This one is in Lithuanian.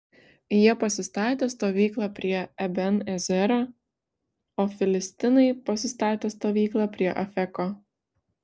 jie pasistatė stovyklą prie eben ezero o filistinai pasistatė stovyklą prie afeko